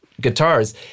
guitars